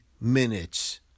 minutes